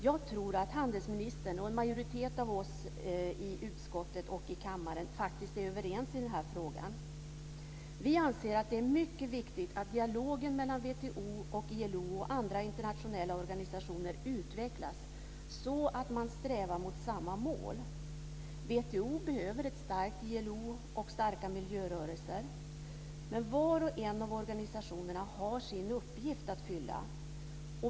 Jag tror att handelsministern och en majoritet av oss i utskottet och i kammaren faktiskt är överens i denna fråga. Vi anser att det är mycket viktigt att dialogen mellan WTO, ILO och andra internationella organisationer utvecklas så att man strävar mot samma mål. WTO behöver ett starkt ILO och starka miljörörelser, men var och en av organisationerna har sin uppgift att fylla.